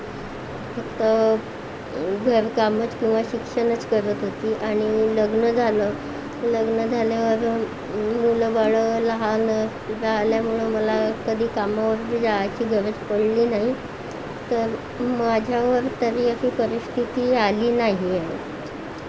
फक्त घरकामच किंवा शिक्षणच करत होती आणि लग्न झालं लग्न झाल्यावर मुलंबाळं लहान झाल्यामुळे मला कधी कामावरती जायची गरज पडली नाही तर माझ्यावर तरी अशी परिस्थिती आली नाहीये